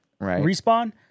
Respawn